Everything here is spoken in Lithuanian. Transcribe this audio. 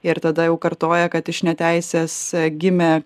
ir tada jau kartoja kad iš neteisės gimė